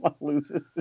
loses